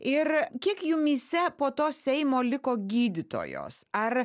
ir kiek jumyse po to seimo liko gydytojos ar